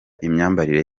imyambarire